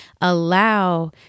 allow